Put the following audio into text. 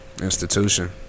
Institution